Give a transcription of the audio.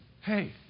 hey